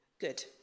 Good